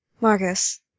Marcus